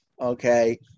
Okay